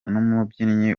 n’umubyinnyi